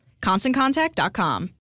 ConstantContact.com